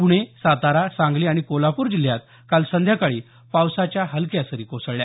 पुणे सातारा सांगली आणि कोल्हापूर जिल्ह्यात काल संध्याकाळी पावसाच्या हलक्या सरी कोसळल्या